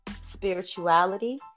spirituality